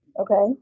Okay